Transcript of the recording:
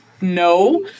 no